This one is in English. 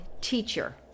Teacher